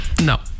No